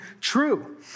true